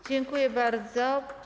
Dziękuję bardzo.